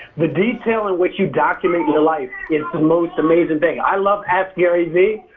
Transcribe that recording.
the detail in which you document your life is the most amazing thing. i love askgaryvee,